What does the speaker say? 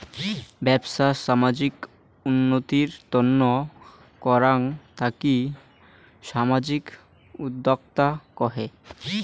বেপছা সামাজিক উন্নতির তন্ন করাঙ তাকি সামাজিক উদ্যক্তা কহে